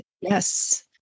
Yes